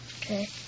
Okay